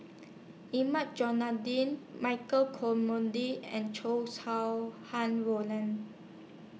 Hilmi Johandi Michael comendy and Chow Sau Hai Roland